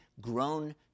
grown